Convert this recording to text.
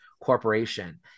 corporation